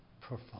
perform